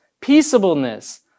peaceableness